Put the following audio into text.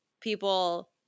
people